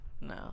no